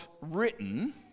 written